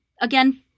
again